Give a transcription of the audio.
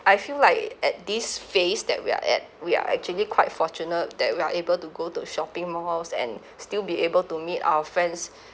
I feel like at this phase that we are at we are actually quite fortunate that we are able to go to shopping malls and still be able to meet our friends